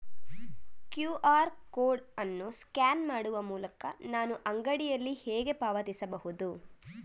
QR code ಅನ್ನು scan ಮಾಡುವ ಮೂಲಕ ನಾನು ಅಂಗಡಿಯಲ್ಲಿ ಹೇಗೆ ಪಾವತಿಸಬಹುದು?